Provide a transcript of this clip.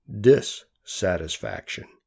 dissatisfaction